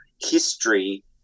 history